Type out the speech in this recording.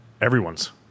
everyone's